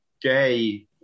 gay